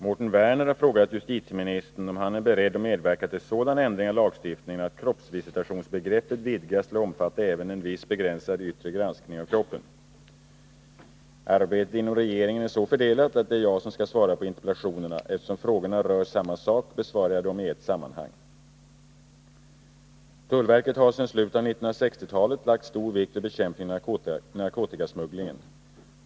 Mårten Werner har frågat justitieministern om han är beredd att medverka till sådan ändring av lagstiftningen att kroppsvisitationsbegreppet vidgas till att omfatta även en viss begränsad yttre granskning av kroppen. Arbetet inom regeringen är så fördelat att det är jag som skall svara på interpellationerna. Eftersom frågorna rör samma sak besvarar jag dem i ett sammanhang. Tullverket har sedan slutet av 1960-talet lagt stor vikt vid bekämpningen av narkotikasmugglingen.